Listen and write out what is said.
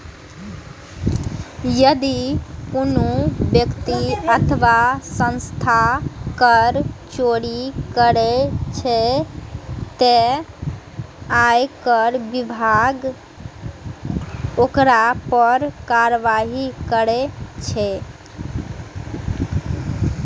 यदि कोनो व्यक्ति अथवा संस्था कर चोरी करै छै, ते आयकर विभाग ओकरा पर कार्रवाई करै छै